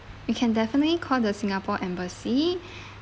you can definitely call the singapore embassy